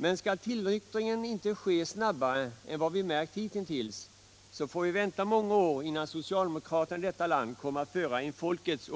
Men skall tillnyktringen inte ske snabbare än vad vi märkt hitintills, så får vi vänta många år innan socialdemokraterna i detta land kommer att föra en folkets